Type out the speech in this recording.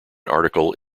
article